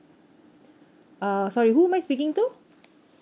uh sorry who am I speaking to